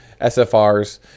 SFRs